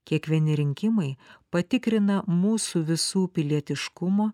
kiekvieni rinkimai patikrina mūsų visų pilietiškumo